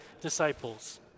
disciples